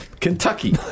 Kentucky